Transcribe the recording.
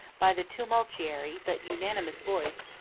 by the tumultuary, but unanimous voice,